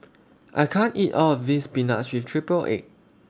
I can't eat All of This Spinach with Triple Egg